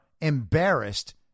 embarrassed